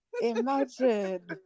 imagine